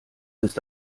ist